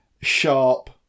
sharp